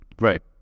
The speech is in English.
right